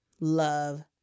love